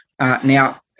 Now